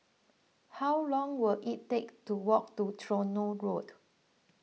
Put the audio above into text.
how long will it take to walk to Tronoh Road